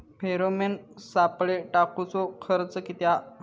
Pheromone सापळे टाकूचो खर्च किती हा?